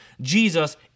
Jesus